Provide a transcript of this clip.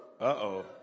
Uh-oh